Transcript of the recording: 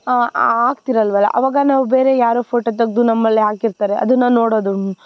ಆಗ್ತಿರಲ್ವಲ್ಲ ಅವಾಗ ನಾವು ಬೇರೆ ಯಾರೋ ಫೋಟೋ ತೆಗ್ದು ನಮ್ಮಲ್ಲಿ ಹಾಕಿರ್ತಾರೆ ಅದನ್ನು ನೋಡೋದು